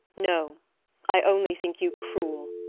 no i only think you cruel,